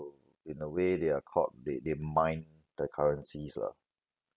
in a way they are called they they mine the currencies lah